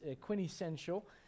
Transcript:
quintessential